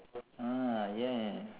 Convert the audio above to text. mm ya ya ya